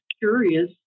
curious